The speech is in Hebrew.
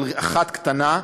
אבל אחת קטנה,